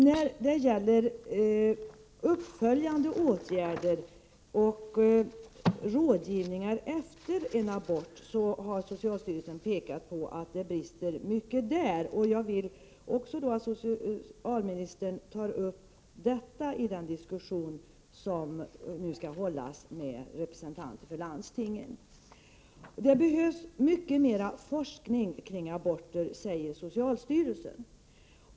När det gäller uppföljande åtgärder och rådgivning efter en abort har socialstyrelsen pekat på att mycket brister i dessa avseenden. Jag skulle vilja att socialministern tar upp också detta i den diskussion som nu skall föras med representanter för landstingen. Det behövs mycket mera av forskning kring aborter, säger socialstyrelsen.